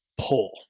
pull